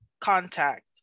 contact